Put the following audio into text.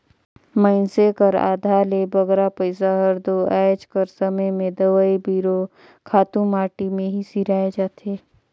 मइनसे कर आधा ले बगरा पइसा हर दो आएज कर समे में दवई बीरो, खातू माटी में ही सिराए जाथे